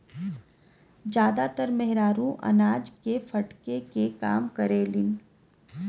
जादातर मेहरारू अनाज के फटके के काम करेलिन